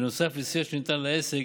בנוסף לסיוע שניתן לעסק,